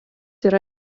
yra